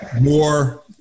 more